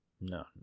no